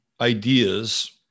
ideas